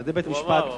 על-ידי בית-משפט,